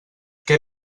què